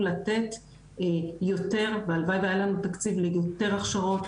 לתת יותר והלוואי והיה לנו תקציב ליותר הכשרות,